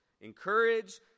encourage